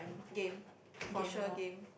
game for sure game